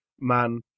Man